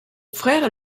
frère